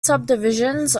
subdivisions